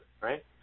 right